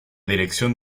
dirección